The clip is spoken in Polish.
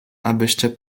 abyście